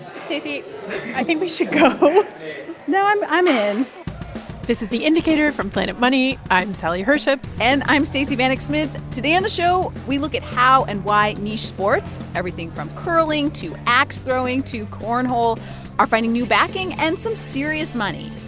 i think we should go no, i'm i'm in this is the indicator from planet money. i'm sally herships and i'm stacey vanek smith. today on the show, we look at how and why niche sports everything from curling to axe throwing to cornhole are finding new backing and some serious money.